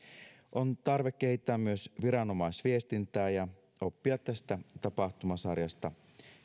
on tarve kehittää myös viranomaisviestintää ja oppia tästä tapahtumasarjasta